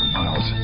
miles